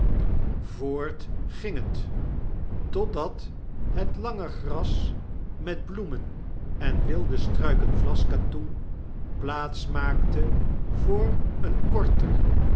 yoort ging het totdat het lange gras met bloemen en wilde struiken vlaskatoen plaats maakte voor een korten